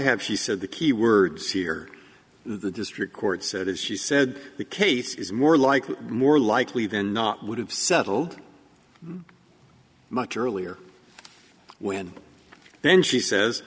have she said the key words here the district court said as she said the case is more likely more likely than not would have settled much earlier when then she says